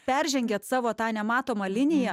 peržengėt savo tą nematomą liniją